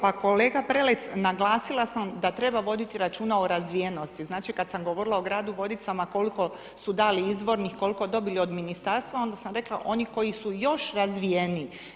Pa kolega Prelec, naglasila sam da treba voditi računa o razvijenosti, znači kad sam govorila o gradu Vodicama koliko su dali izvornih, koliko dobili od ministarstva, onda sam rekla oni koji su još razvijeniji.